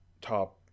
top